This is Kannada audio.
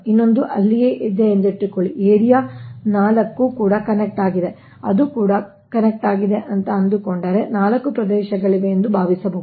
ಇನ್ನೊಂದು ಅಲ್ಲಿದೆ ಎಂದಿಟ್ಟುಕೊಳ್ಳಿ ಏರಿಯಾ 4 ಇದು ಕೂಡ ಕನೆಕ್ಟ್ ಆಗಿದೆ ಅದೂ ಕೂಡ ಕನೆಕ್ಟ್ ಆಗಿದೆ ಅಂತ ಹೇಳಿ ಆದ್ದರಿಂದ 4 ಪ್ರದೇಶಗಳಿವೆ ಎಂದು ಭಾವಿಸೋಣ